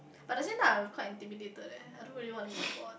but at the same time I'm quite intimidated eh I don't really want to meet God